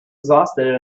exhausted